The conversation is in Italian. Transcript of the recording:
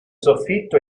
soffitto